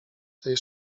tej